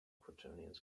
quaternions